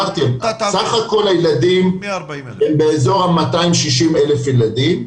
סך הכל הילדים הם באזור ה -260,000 ילדים,